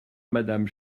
madame